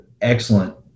excellent